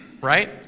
right